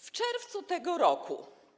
W czerwcu tego roku.